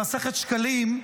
במסכת שקלים,